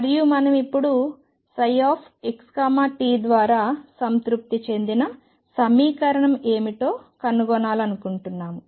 మరియు మనం ఇప్పుడు ψxt ద్వారా సంతృప్తి చెందిన సమీకరణం ఏమిటో కనుగొనాలనుకుంటున్నాము